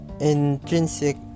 intrinsic